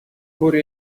کره